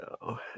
no